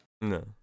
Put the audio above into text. no